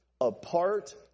Apart